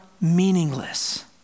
meaningless